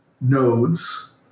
nodes